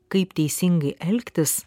kaip teisingai elgtis